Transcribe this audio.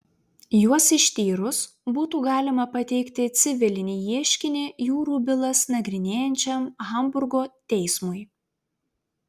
juos ištyrus būtų galima pateikti civilinį ieškinį jūrų bylas nagrinėjančiam hamburgo teismui